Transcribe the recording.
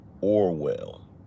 Orwell